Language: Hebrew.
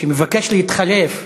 שמבקש להתחלף,